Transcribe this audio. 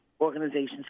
organizations